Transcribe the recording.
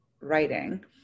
writing